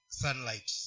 sunlight